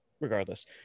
regardless